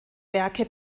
werke